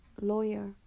lawyer